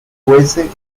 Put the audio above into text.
fuese